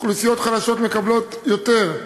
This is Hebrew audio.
אוכלוסיות חלשות מקבלות יותר.